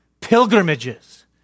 pilgrimages